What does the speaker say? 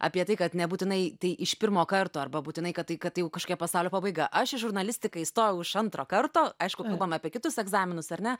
apie tai kad nebūtinai tai iš pirmo karto arba būtinai kad tai kad tai jau kažkokia pasaulio pabaiga aš į žurnalistiką įstojau iš antro karto aišku kalbam apie kitus egzaminus ar ne